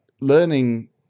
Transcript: learning